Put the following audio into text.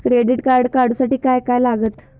Credit card काढूसाठी काय काय लागत?